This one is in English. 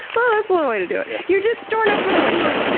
well that's one way to do it! yeah. you're just storing up for the winter. yeah